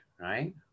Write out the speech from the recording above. right